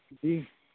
जी